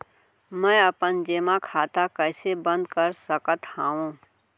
मै अपन जेमा खाता कइसे बन्द कर सकत हओं?